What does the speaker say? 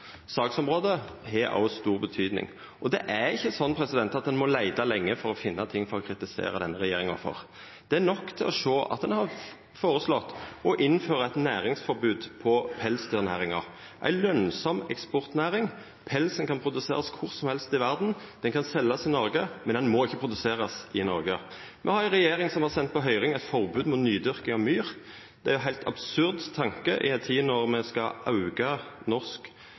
saksområde òg har stor betydning. Det er ikkje sånn at ein må leita lenge for å finna ting å kritisera denne regjeringa for. Det er nok å sjå at ein har foreslått å innføra eit næringsforbod på pelsdyrnæringa – ei lønsam eksportnæring. Pelsen kan produserast kor som helst i verda. Han kan seljast i Noreg, men han må ikkje produserast i Noreg. Me har ei regjering som har sendt på høyring eit forbod mot nydyrka myr. Det er ein heilt absurd tanke i ei tid då me skal auka norsk